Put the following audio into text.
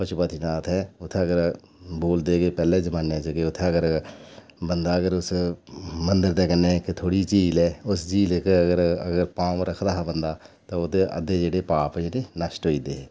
पशुपति नाथ ऐ उत्थै अगर बोलदे कि पैह्लें जमाने च कि उत्थै अगर बदां अगर उस मंदर दे कन्नै इक थोह्ड़ी झील ऐ उस झील च अगर अगर पांव रखदा हा बंदा ते ओह्दे अद्धे जेह्डे पाप जानी नष्ट होई जंदे